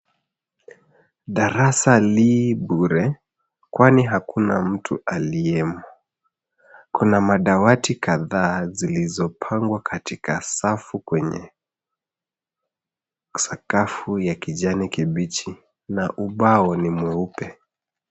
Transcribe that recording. Darasa li bure, kwani hakuna mtu aliye humo. Kuna madawati kadhaa zilizopangwa katika safu kwenye sakafu ya kijani kibichi, na ubao ni mweupe.